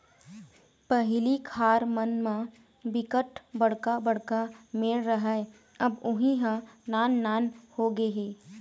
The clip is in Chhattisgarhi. पहिली खार मन म बिकट बड़का बड़का मेड़ राहय अब उहीं ह नान नान होगे हे